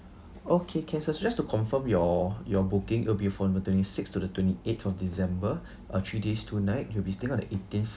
okay can sir so just to confirm your your booking it will be on the twenty sixth to the twenty eighth of december uh three days two night you will be staying on the eighteenth